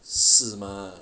是吗